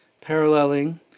Paralleling